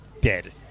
dead